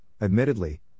admittedly